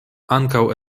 ankaŭ